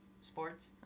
sports